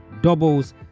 doubles